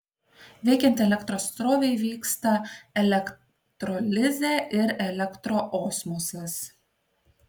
veikiant elektros srovei vyksta elektrolizė ir elektroosmosas